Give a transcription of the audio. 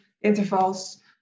intervals